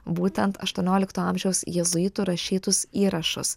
būtent aštuoniolikto amžiaus jėzuitų rašytus įrašus